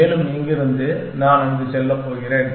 மேலும் இங்கிருந்து நான் அங்கு செல்லப் போகிறேன்